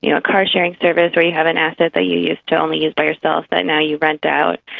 you know a car sharing service, or you have an asset that ah you used to only use by yourself but now you rent out.